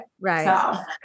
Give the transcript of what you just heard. Right